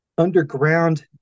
underground